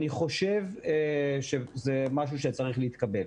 אני חושב שזה משהו שצריך להתקבל.